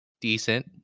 decent